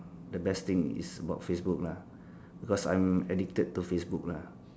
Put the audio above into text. the best thing is about Facebook lah because I'm addicted to Facebook lah